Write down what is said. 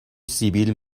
سیبیل